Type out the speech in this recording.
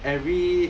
every